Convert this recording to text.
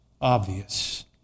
obvious